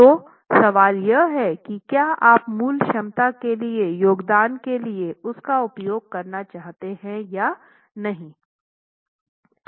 तो सवाल यह है कि क्या आप मूल क्षमता के लिए योगदान के लिए उसका उपयोग करना चाहते हैं या नहीं